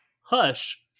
hush